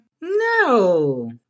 No